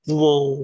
whoa